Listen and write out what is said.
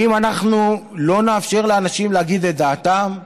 ואם אנחנו לא נאפשר לאנשים להגיד את דעתם,